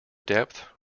depth